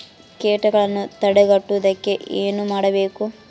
ಕೇಟಗಳನ್ನು ತಡೆಗಟ್ಟುವುದಕ್ಕೆ ಏನು ಮಾಡಬೇಕು?